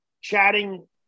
chatting